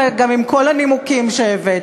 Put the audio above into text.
אלא גם עם כל הנימוקים שהבאתי.